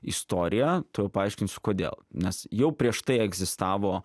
istorija tuojau paaiškinsiu kodėl nes jau prieš tai egzistavo